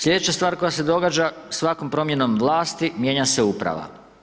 Sljedeća stvar koja se događa, svakom promjenom vlasti, mijenja se uprava.